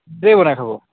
বনাই খাব